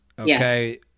Okay